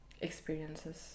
experiences